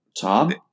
Tom